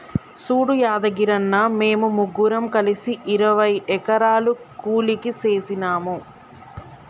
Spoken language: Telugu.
సూడు యాదగిరన్న, మేము ముగ్గురం కలిసి ఇరవై ఎకరాలు కూలికి సేసినాము